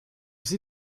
sie